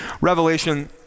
Revelation